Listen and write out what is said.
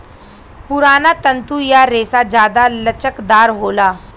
पुराना तंतु या रेसा जादा लचकदार होला